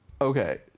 okay